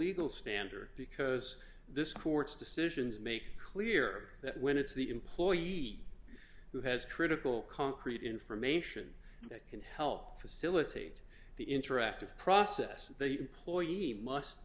legal standard because this court's decisions make clear that when it's the employee who has critical concrete information that can help facilitate the interactive process they ploy you must